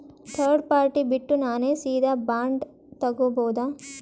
Third party ಬಿಟ್ಟು ನಾನೇ ಸೀದಾ ಬಾಂಡ್ ತೋಗೊಭೌದಾ?